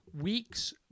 weeks